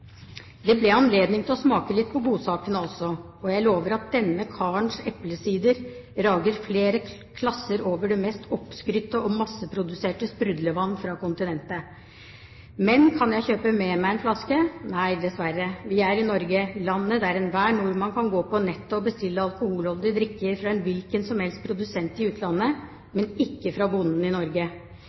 ble anledning til å smake litt på godsakene også, og jeg lover at denne karens eplesider rager flere klasser over det mest oppskrytte og masseproduserte sprudlevann fra kontinentet. Men kan jeg kjøpe med meg en flaske? Nei, dessverre. Vi er i Norge, landet der enhver nordmann kan gå på nettet og bestille alkoholholdige drikker fra en hvilken som helst produsent i utlandet – men ikke fra bonden i Norge.